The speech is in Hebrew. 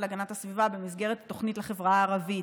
להגנת הסביבה במסגרת התוכנית לחברה הערבית,